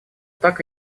так